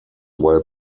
while